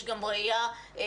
יש פה גם ראייה פרטנית,